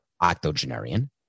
octogenarian